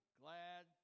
glad